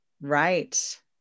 Right